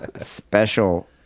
Special